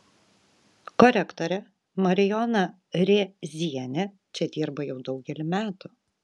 korektorė marijona rėzienė čia dirba jau daugelį metų